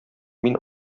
мин